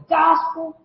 gospel